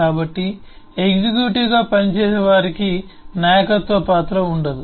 కాబట్టి ఎగ్జిక్యూటివ్గా పనిచేసే వారికి నాయకత్వ పాత్ర ఉండదు